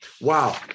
Wow